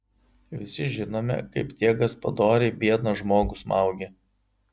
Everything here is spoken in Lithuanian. visi žinome kaip tie gaspadoriai biedną žmogų smaugė